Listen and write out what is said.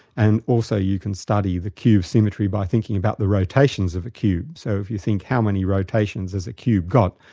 and also you can study the cube symmetry by thinking about the rotations of the cube. so if you think, how many rotations has a cube got,